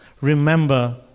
remember